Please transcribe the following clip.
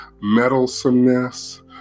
meddlesomeness